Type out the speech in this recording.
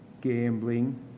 gambling